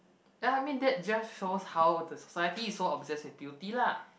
ya I mean that just shows how the society is so obsessed with beauty lah